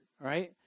right